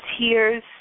tears